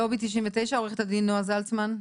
לובי 99, עורכת הדין נועה זלצמן.